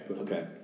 Okay